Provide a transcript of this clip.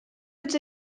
els